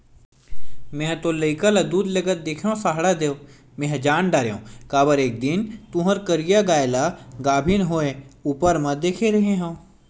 मेंहा तोर लइका ल दूद लेगत देखेव सहाड़ा देव मेंहा जान डरेव काबर एक दिन तुँहर करिया गाय ल गाभिन होय ऊपर म देखे रेहे हँव